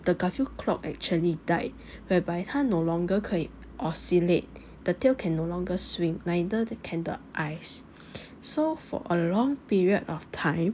the garfield clock actually died whereby 它 no longer 可以 oscillate the tail can no longer swing neither the can the eyes so for a long period of time